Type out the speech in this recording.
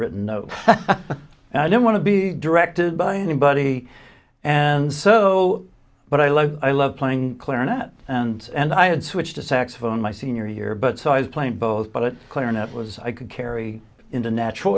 written and i don't want to be directed by anybody and so but i love i love playing clarinet and i had switched to saxophone my senior year but so i was playing both but clarinet was i could carry in the natural